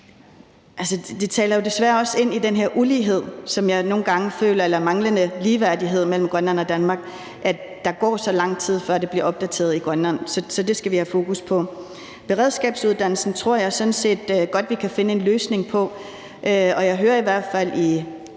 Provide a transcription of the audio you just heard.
Det taler jo desværre også ind i den her ulighed, som jeg nogle gange føler, eller manglende ligeværdighed mellem Grønland og Danmark, altså at der går så lang tid, før det bliver opdateret i Grønland. Så det skal vi have fokus på. Beredskabsuddannelsen tror jeg sådan set godt vi kan finde en løsning på, og jeg hører i hvert fald i